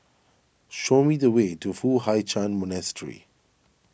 show me the way to Foo Hai Ch'an Monastery